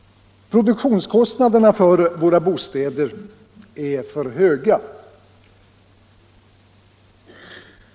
Produktionskostnaderna för våra bostäder är för höga.